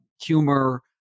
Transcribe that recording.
humor